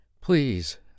Please